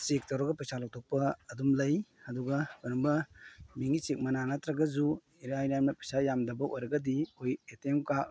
check ꯇꯧꯔꯒ ꯄꯩꯁꯥ ꯂꯧꯊꯣꯛꯄ ꯑꯗꯨꯝ ꯂꯩ ꯑꯗꯨꯒ ꯀꯔꯤꯒꯨꯝꯕ ꯕꯦꯡꯒꯤ ꯆꯦꯛ ꯃꯅꯥ ꯅꯠꯇ꯭ꯔꯒꯁꯨ ꯏꯔꯥꯏ ꯂꯥꯏꯅ ꯄꯩꯁꯥ ꯌꯥꯝꯗ꯭ꯔꯒꯗꯤ ꯑꯩꯈꯣꯏ ꯑꯦ ꯇꯤ ꯑꯦꯝ ꯀꯥꯔꯗ